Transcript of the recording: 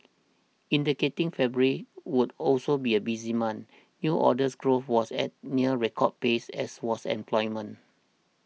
indicating February would also be a busy month new orders growth was at a near record pace as was employment